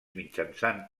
mitjançant